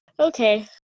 Okay